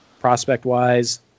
prospect-wise